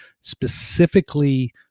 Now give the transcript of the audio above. specifically